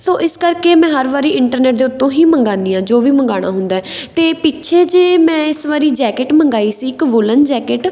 ਸੋ ਇਸ ਕਰਕੇ ਮੈਂ ਹਰ ਵਾਰੀ ਇੰਟਰਨੈੱਟ ਦੇ ਉੱਤੋਂ ਹੀ ਮੰਗਾਉਨੀ ਹਾਂ ਜੋ ਵੀ ਮੰਗਾਉਣਾ ਹੁੰਦਾ ਅਤੇ ਪਿੱਛੇ ਜਿਹੇ ਮੈਂ ਇਸ ਵਾਰੀ ਜੈਕਿਟ ਮੰਗਵਾਈ ਸੀ ਇੱਕ ਵੂਲਨ ਜੈਕਿਟ